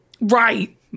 Right